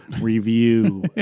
review